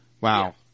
wow